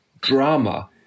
drama